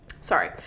Sorry